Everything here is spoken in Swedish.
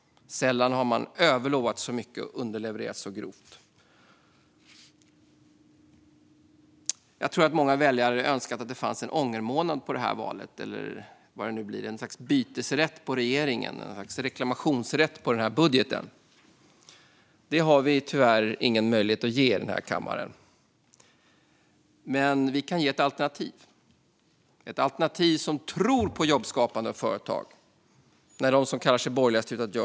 Sällan har man överlovat så mycket och underlevererat så grovt. Jag tror att många väljare skulle önska att det fanns en ångermånad när det gäller det här valet, ett slags bytesrätt när det gäller regeringen och en reklamationsrätt när det gäller budgeten. Det har vi i kammaren tyvärr ingen möjlighet att ge. Men vi kan erbjuda ett alternativ som tror på jobbskapande och företag, när de som kallar sig borgerliga har slutat göra det.